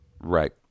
Right